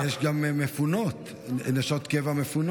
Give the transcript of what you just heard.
רגע, אבל יש גם נשות קבע מפונות.